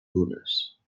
dunes